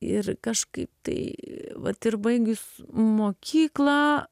ir kažkaip tai vat ir baigus mokyklą